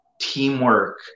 teamwork